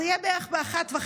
זה יהיה בערך ב-01:30,